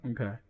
Okay